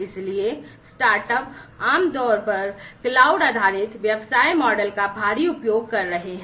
इसलिए startup आमतौर पर क्लाउड आधारित व्यवसाय मॉडल का भारी उपयोग कर रहे हैं